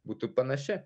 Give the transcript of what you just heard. būtų panaši